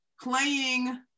playing